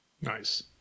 Nice